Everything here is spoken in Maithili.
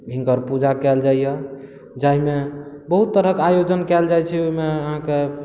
हिनकर पूजा कयल जाइया जाहिमे बहुत तरहक आयोजन कयल जाइ छै ओहिमे अहाँके